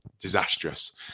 disastrous